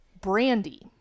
brandy